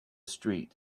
street